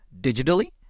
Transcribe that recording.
digitally